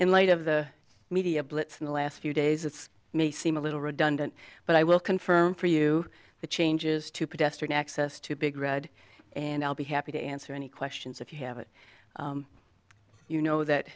in light of the media blitz in the last few days it's may seem a little redundant but i will confirm for you the changes to pedestrian access to big red and i'll be happy to answer any questions if you have it you know that